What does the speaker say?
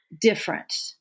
different